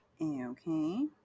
Okay